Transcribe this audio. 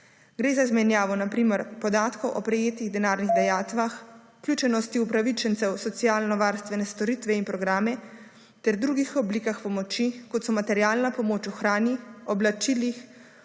Gre za izmenjavo na primer podatkov o prejetih denarnih dajatvah, vključenosti upravičencev socialnovarstvene storitve in programe ter drugih oblikah pomoči, kot so materialna pomoč v hrani, oblačilih,